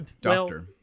Doctor